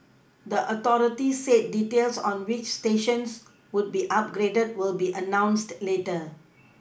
the authority said details on which stations would be upgraded will be announced later